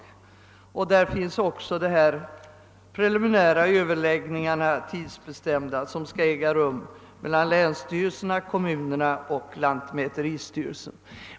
Där finns nämligen nu tidsbestiämning för Ööverläggningarna som skall äga rum mellan länsstyreiserna, kommunerna och lantmäteristyrelsen.